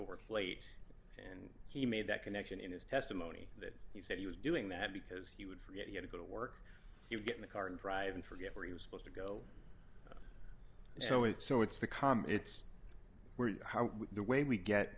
to work late and he made that connection in his testimony that he said he was doing that because he would forget he had to go to work he would get in the car and drive and forget where he was supposed to go so it so it's the calm it's how the way we get